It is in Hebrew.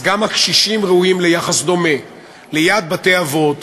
אז גם הקשישים ראויים ליחס דומה ליד בתי-אבות,